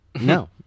No